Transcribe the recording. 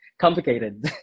complicated